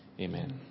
Amen